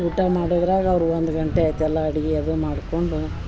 ಊಟ ಮಾಡುದ್ರಾಗ ಅವ್ರ ಒಂದು ಗಂಟೆ ಆಯ್ತ ಎಲ್ಲ ಅಡ್ಗಿ ಅದು ಮಾಡ್ಕೊಂಡು